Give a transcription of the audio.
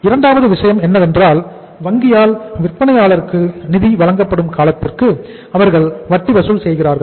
இரண்டாவது விஷயம் என்னவென்றால் வங்கியால் விற்பனையாளருக்கு நிதி வழங்கப்படும் காலத்திற்கு அவர்கள் வட்டி வசூல் செய்கிறார்கள்